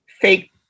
fake